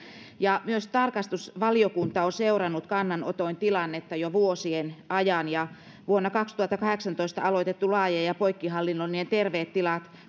myös tarkastusvaliokunta on seurannut kannanotoin tilannetta jo vuosien ajan ja vuonna kaksituhattakahdeksantoista aloitettu laaja ja poikkihallinnollinen terveet tilat